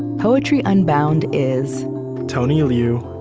poetry unbound is tony liu,